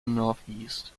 northeast